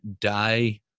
die